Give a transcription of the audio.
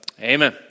Amen